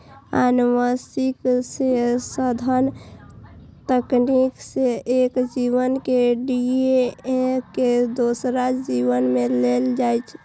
आनुवंशिक संशोधन तकनीक सं एक जीव के डी.एन.ए दोसर जीव मे देल जाइ छै